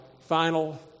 final